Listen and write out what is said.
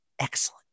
Excellent